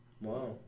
Wow